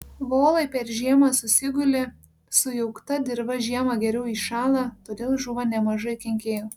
volai per žiemą susiguli sujaukta dirva žiemą geriau įšąla todėl žūva nemažai kenkėjų